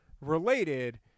related